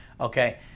okay